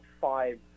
five